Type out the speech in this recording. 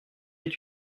est